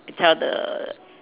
tell the